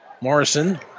Morrison